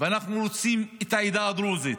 ואנחנו רוצים את העדה הדרוזית,